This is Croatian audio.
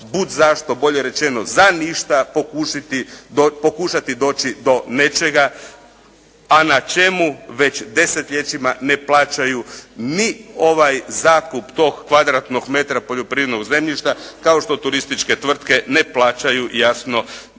bud zašto bolje rečeno za ništa pokušati doći do nečega, a na čemu već desetljećima ne plaćaju ni ovaj zakup tog kvadratnog metra poljoprivrednog zemljišta, kao što turističke tvrtke ne plaćaju jasno